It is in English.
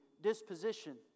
disposition